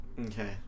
okay